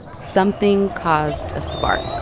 something caused a spark,